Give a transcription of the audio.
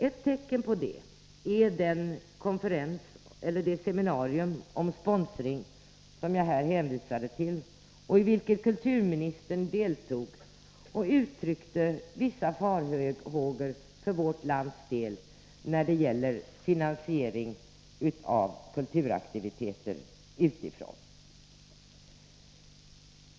Ett tecken på det är det seminarium om sponsring som jag här hänvisade till och i vilket kulturministern deltog och uttryckte vissa farhågor för vårt lands del när det gäller finansiering utifrån av kulturaktiviteter.